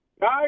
Guys